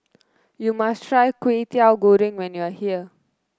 you must try Kway Teow Goreng when you are here